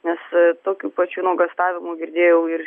nes tokių pačių nuogąstavimų girdėjau ir